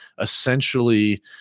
essentially